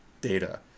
data